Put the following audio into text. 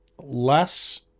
less